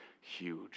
huge